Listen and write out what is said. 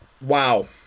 wow